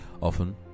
Often